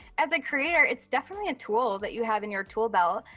as a creator it's definitely a tool that you have in your tool belt.